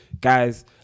guys